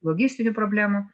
logistinių problemų